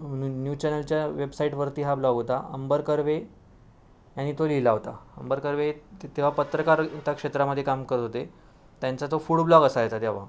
new news चॅनलच्या वेबसाइटवरती हा ब्लॉग होता अंबर कर्वे यांनी तो लिहिला होता अंबर कर्वे ते तेव्हा पत्रकारी ता क्षेत्रामध्ये काम करत होते त्यांचा तो फूड ब्लॉग असायचा तेव्हा